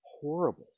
horrible